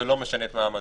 זה לא משנה את מעמדו,